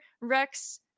Rex